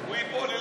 הוא ייפול.